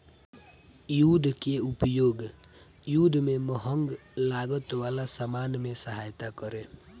युद्ध बांड के उपयोग युद्ध में महंग लागत वाला सामान में सहायता करे